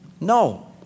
No